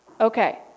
Okay